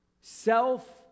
self